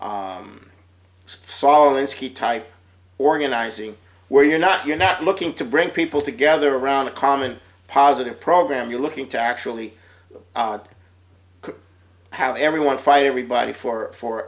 he type organizing where you're not you're not looking to bring people together around a common positive program you're looking to actually have everyone fight everybody for for